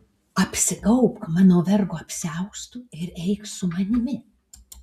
apsigaubk mano vergo apsiaustu ir eik su manimi